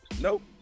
Nope